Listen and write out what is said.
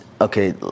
okay